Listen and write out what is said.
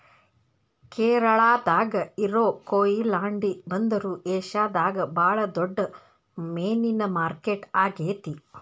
ಕೇರಳಾದಾಗ ಇರೋ ಕೊಯಿಲಾಂಡಿ ಬಂದರು ಏಷ್ಯಾದಾಗ ಬಾಳ ದೊಡ್ಡ ಮೇನಿನ ಮಾರ್ಕೆಟ್ ಆಗೇತಿ